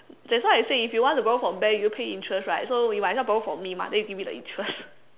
that's why I say if you want to borrow from bank you pay interest right so you might as well borrow from me mah then you give me the interest